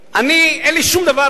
אגב, אין לי שום דבר,